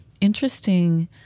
interesting